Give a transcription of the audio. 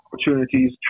opportunities